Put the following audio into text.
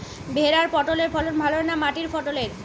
ভেরার পটলের ফলন ভালো না মাটির পটলের?